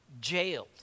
jailed